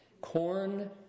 Corn